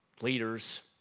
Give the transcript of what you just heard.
leaders